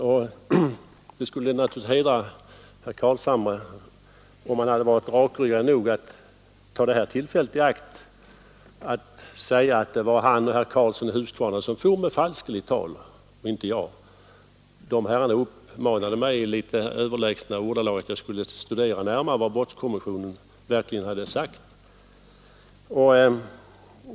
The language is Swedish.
Och det skulle givetvis ha hedrat herr Carlshamre om han hade varit rakryggad nog att ta det här tillfället i akt och säga att det var han och herr Karlsson i Huskvarna som for med falskeligt tal och inte jag. Dessa herrar uppmanade mig i litet överlägsna ordalag att jag närmare skulle studera vad brottskommissionen verkligen hade sagt.